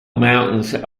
mountains